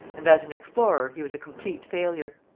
and, as an explorer, he was a complete failure.